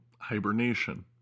hibernation